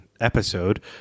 episode